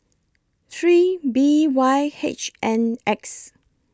three B Y H N X